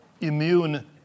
immune